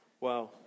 Wow